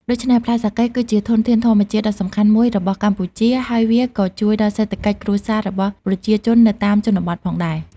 ដូច្នេះ ផ្លែសាកេគឺជាធនធានធម្មជាតិដ៏សំខាន់មួយរបស់កម្ពុជា ហើយវាក៏ជួយដល់សេដ្ឋកិច្ចគ្រួសាររបស់ប្រជាជននៅតាមជនបទផងដែរ។